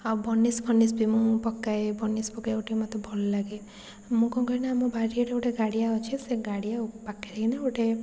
ଆଉ ବନିସ୍ ଫନିସ୍ ବି ମୁଁ ପକାଏ ବନିସ୍ ପକେଇବାକୁ ଟିକିଏ ମୋତେ ଭଲ ଲାଗେ ମୁଁ କ'ଣ କରେ ନା ଆମ ବାରିଆଡ଼େ ଗୋଟେ ଗାଡ଼ିଆ ଅଛି ସେ ଗାଡ଼ିଆ ପାଖରେ କିନା ଗୋଟେ